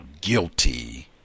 guilty